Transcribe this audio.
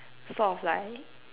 sort of like